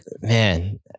Man